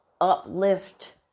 uplift